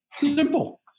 Simple